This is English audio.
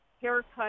haircut